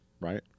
right